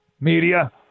media